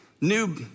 new